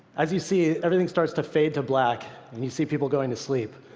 as you see, everything starts to fade to black, and you see people going to sleep.